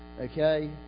Okay